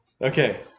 Okay